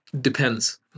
depends